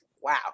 wow